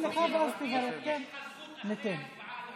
יש לך זכות לברך אחרי ההצבעה.